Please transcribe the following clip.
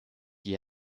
die